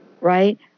right